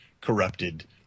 corrupted